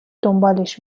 دنبالش